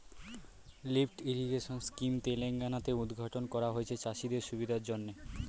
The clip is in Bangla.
লিফ্ট ইরিগেশন স্কিম তেলেঙ্গানা তে উদ্ঘাটন করা হয়েছে চাষিদের সুবিধার জন্যে